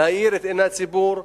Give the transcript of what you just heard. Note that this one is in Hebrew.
להאיר את עיני הציבור,